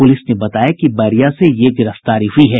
police ने बताया कि बैरिया से यह गिरफ्तारी हुई है